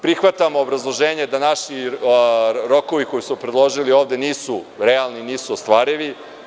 Prihvatam obrazloženje da naši rokovi koje smo predložili ovde nisu realni, nisu ostvarivi.